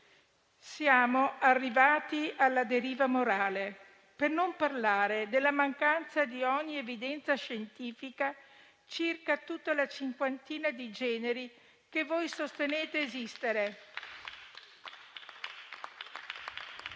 Siamo arrivati alla deriva morale. Per non parlare della mancanza di qualsivoglia evidenza scientifica circa tutta la cinquantina di generi che sostenete esistere.